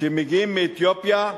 שמגיעים מאתיופיה,